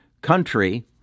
country